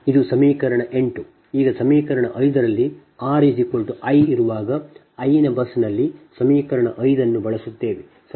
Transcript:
ಇದು ಸಮೀಕರಣ 8 ಈಗ ಸಮೀಕರಣ 5 ರಲ್ಲಿ r i ಇರುವಾಗ i ನ ಬಸ್ನಲ್ಲಿ ಸಮೀಕರಣ 5 ಅನ್ನು ಬಳಸುತ್ತೇವೆ